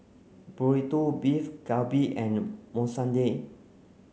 Burrito Beef Galbi and Monsunabe